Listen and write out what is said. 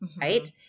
Right